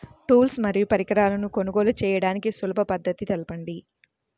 Tools మరియు పరికరాలను కొనుగోలు చేయడానికి సులభ పద్దతి తెలపండి?